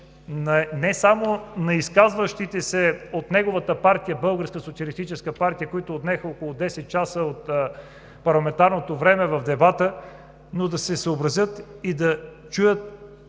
не само на изказващите се от неговата партия – Българската социалистическа партия, които отнеха около 10 часа от парламентарното време в дебата, но да се съобразят и да чуят